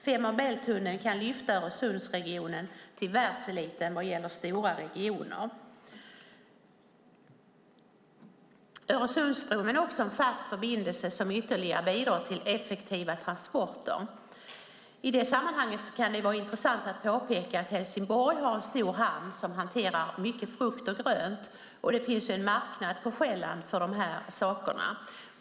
Fehmarn Bält-tunneln kan lyfta Öresundsregionen till världselitnivå vad gäller stora regioner. Öresundsbron är en fast förbindelse som ytterligare bidrar till effektiva transporter. I det sammanhanget kan det vara intressant att påpeka att Helsingborg har en stor hamn som hanterar mycket frukt och grönt, och det finns en marknad på Själland för dessa.